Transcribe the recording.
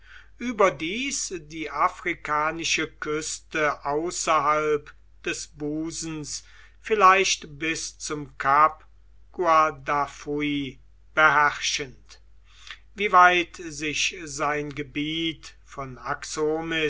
überdies die afrikanische küste außerhalb des busens vielleicht bis zum kap guardafui beherrschend wie weit sich sein gebiet von